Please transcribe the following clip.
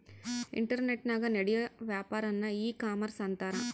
ಇಂಟರ್ನೆಟನಾಗ ನಡಿಯೋ ವ್ಯಾಪಾರನ್ನ ಈ ಕಾಮರ್ಷ ಅಂತಾರ